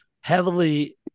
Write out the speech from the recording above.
heavily